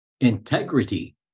Integrity